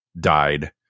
died